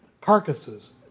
carcasses